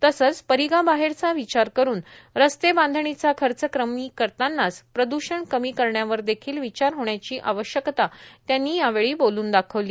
तसंच परिघाबाहेरचा विचार करून रस्तेबांधणीचा खर्च कमी करतांनाच प्रदूषण कमी करण्यावर देखील विचार होण्याची आवश्यकता त्यांनी यावेळी बोलून दाखवली